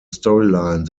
storyline